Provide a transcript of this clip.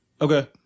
Okay